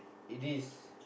it is